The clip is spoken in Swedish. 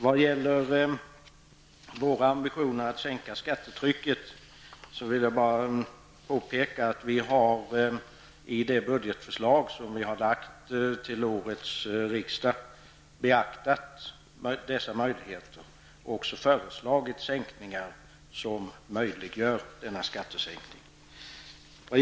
Vad gäller våra ambitioner att sänka skattetrycket vill jag bara påpeka att vi i det budgetförslag som vi har lagt fram för årets riksdag har beaktat dessa möjligheter och även föreslagit sådana reduceringar som möjliggör denna skattesänkning.